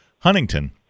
Huntington